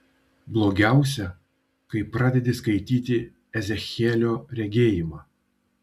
blogiausia kai pradedi skaityti ezechielio regėjimą